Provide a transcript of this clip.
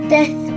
Death